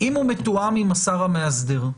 אם הוא מתואם עם השר המאסדר.